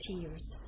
tears